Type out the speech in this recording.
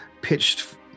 pitched